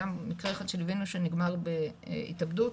היה מקרה אחד שליווינו שנגמר בהתאבדות